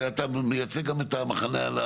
ואתה מייצג גם את המחנה הממלכתי?